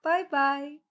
Bye-bye